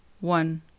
one